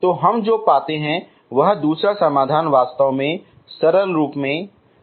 तो हम जो पाते हैं वह दूसरा समाधान वास्तव में सरल रूप है